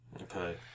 Okay